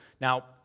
Now